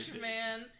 man